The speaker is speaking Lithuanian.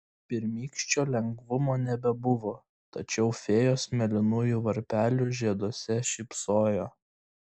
pirmykščio lengvumo nebebuvo tačiau fėjos mėlynųjų varpelių žieduose šypsojo